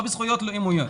לא בזכויות לאומיות.